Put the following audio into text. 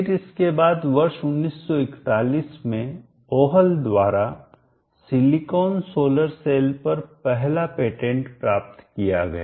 फिर इसके बाद वर्ष 1941 में ओह्ल द्वारा सिलिकॉन सोलर सेल पर पहला पेटेंट प्राप्त किया गया